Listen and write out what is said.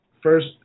first